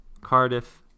Cardiff